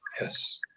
Yes